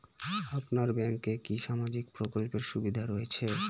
আপনার ব্যাংকে কি সামাজিক প্রকল্পের সুবিধা রয়েছে?